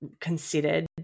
considered